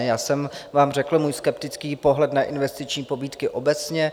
Já jsem vám řekl svůj skeptický pohled na investiční pobídky obecně.